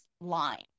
line